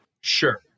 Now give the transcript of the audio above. Sure